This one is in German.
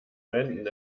wenden